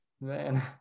man